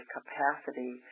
capacity